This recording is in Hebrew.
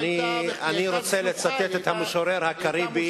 אני רוצה לצטט את המשורר הקריבי